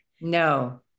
no